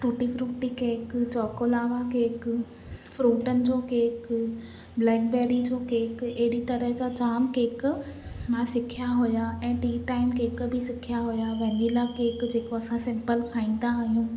टूटी frutti cake choco lava cake फ्रूटनि जो cake blackberry जो केक अहिड़ी तरह जा जामु केक मां सिखिया हुया ऐं टी टाइम केक बि सिखिया हुया वेनीला केक जेको असां सिम्पल खाईंदा आहियूं